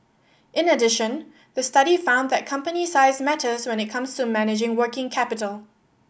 in addition the study found that company size matters when it comes to managing working capital